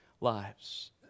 lives